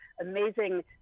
amazing